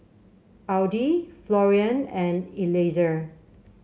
Audie Florian and Eliezer